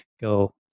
go